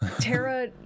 tara